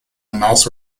mouse